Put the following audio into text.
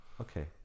Okay